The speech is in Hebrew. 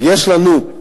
יש לנו,